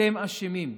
אתם אשמים,